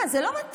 מה, זה לא מתאים.